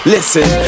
Listen